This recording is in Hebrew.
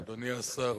אדוני השר,